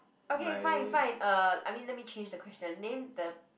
okay fine fine uh I mean let me change the question name the